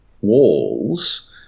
walls